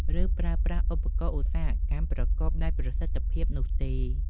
ឬប្រើប្រាស់ឧបករណ៍ឧស្សាហកម្មប្រកបដោយប្រសិទ្ធភាពនោះទេ។